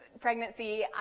pregnancy